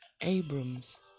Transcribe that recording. Abrams